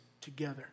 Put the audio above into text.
together